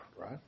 right